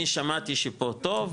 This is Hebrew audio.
אני שמעתי שפה טוב,